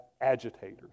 agitators